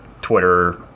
Twitter